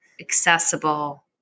accessible